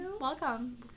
welcome